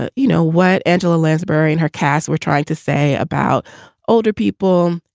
ah you know, what angela lansbury in her cast were trying to say about older people.